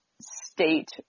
state